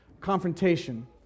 confrontation